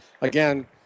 again